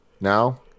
Now